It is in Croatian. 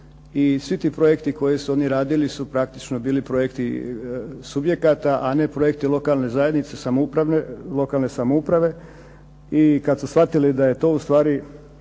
svi ti projekti koje su oni radili su praktično bili projekti subjekata, a ne projekti lokalne samouprave. I kad su shvatili da je to u stvari